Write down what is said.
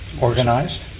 Organized